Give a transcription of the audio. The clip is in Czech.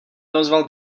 neozval